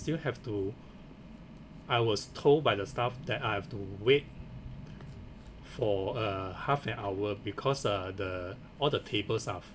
still have to I was told by the staff that I have to wait for uh half an hour because uh the all the tables are